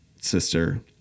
sister